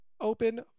Open